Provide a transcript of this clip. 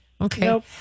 Okay